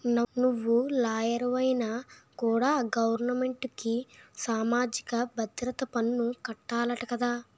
నువ్వు లాయరువైనా కూడా గవరమెంటుకి సామాజిక భద్రత పన్ను కట్టాలట కదా